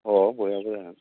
औ बयहाबो जागोन